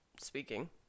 speaking